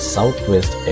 Southwest